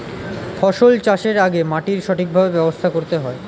ফসল চাষের আগে মাটির সঠিকভাবে ব্যবস্থা করতে হয়